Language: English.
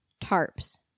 tarps